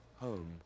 home